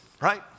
right